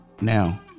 now